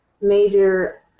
major